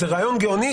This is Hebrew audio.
זה רעיון גאוני,